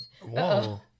Whoa